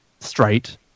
straight